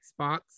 Xbox